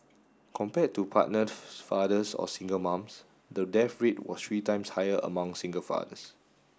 compared to partnered fathers or single moms the death rate was three times higher among single fathers